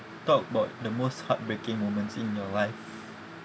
talk about the most heartbreaking moments in your life